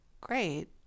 great